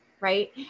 right